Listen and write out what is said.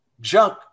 junk